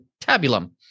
tabulum